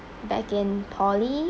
back in poly